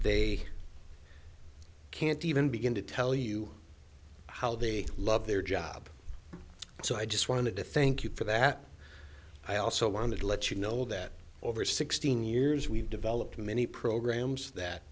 they can't even begin to tell you how they love their job so i just wanted to thank you for that i also wanted to let you know that over sixteen years we've developed many programs